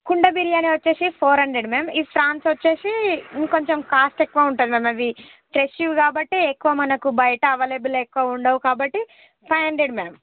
కుండ బిర్యానీ వచ్చేసి four hundred మేం ఈ ఫ్రాన్స్ వచ్చేసి ఇంకొంచెం కాస్ట్ ఎక్కువ ఉంటుంది మేం అయ్యి ఫ్రెష్వి కాబట్టే ఎక్కువ మనకు బయట అవైలబుల్ ఎక్కువ ఉండవు కాబట్టి ఫై హండ్రెడ్ మేం